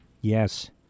Yes